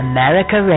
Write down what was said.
America